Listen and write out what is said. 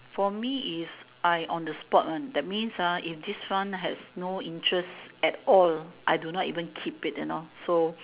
for me is I on the spot one that means ah if this one has no interest at all I do not even keep it you know so